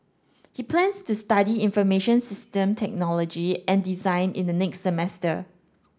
he plans to study information system technology and design in the next semester